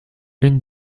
une